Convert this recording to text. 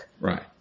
right